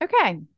okay